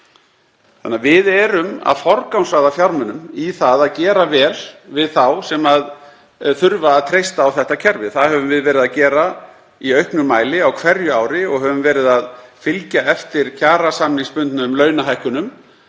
þannig að við erum að forgangsraða fjármunum í það að gera vel við þá sem þurfa að treysta á þetta kerfi. Það höfum við verið að gera í auknum mæli á hverju ári og höfum verið að fylgja eftir kjarasamningsbundnum launahækkunum